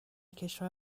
کشور